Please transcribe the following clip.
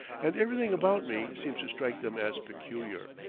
and everything about me seems to strike them as peculiar.